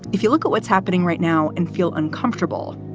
if you look at what's happening right now and feel uncomfortable,